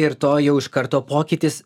ir to jau iš karto pokytis